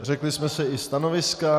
Řekli jsme si i stanoviska.